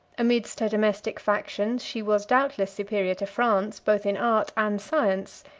amidst her domestic factions, she was doubtless superior to france both in art and science,